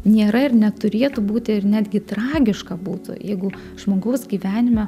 nėra ir neturėtų būti ir netgi tragiška būtų jeigu žmogaus gyvenime